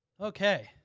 Okay